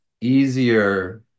easier